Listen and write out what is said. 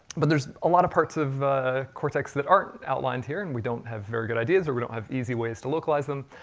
but there's a lot of parts of cortex that aren't outlined here and we don't have very good ideas or we don't easy ways to localize them,